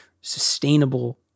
sustainable